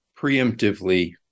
preemptively